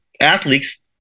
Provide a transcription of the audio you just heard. athletes